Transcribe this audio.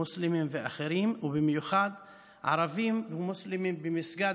מוסלמים ואחרים ובמיוחד ערבים ומוסלמים במסגד